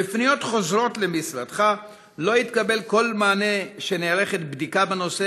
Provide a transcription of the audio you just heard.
בפניות חוזרות למשרדך לא התקבל כל מענה שנערכת בדיקה בנושא